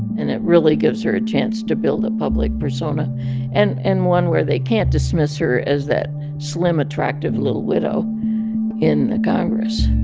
and it really gives her a chance to build a public persona and and one where they can't dismiss her as that slim, attractive, little widow in congress